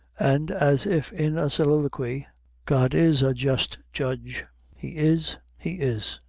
and as if in a soliloquy god is a just judge he is he is!